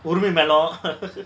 urumimelo